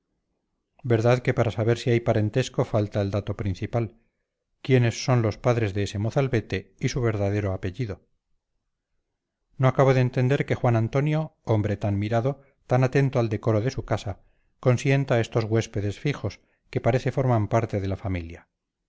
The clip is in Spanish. verdad que para saber si hay parentesco falta el dato principal quiénes son los padres de ese mozalbete y su verdadero apellido no acabo de entender que juan antonio hombre tan mirado tan atento al decoro de su casa consienta estos huéspedes fijos que parece forman parte de la familia